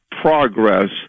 progress